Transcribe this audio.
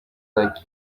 like